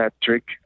Patrick